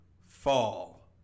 Fall